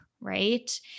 Right